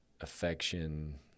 affection